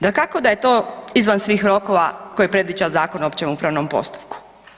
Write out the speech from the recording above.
Dakako da je to izvan svih rokova koje predviđa Zakon o općem upravnom postupku.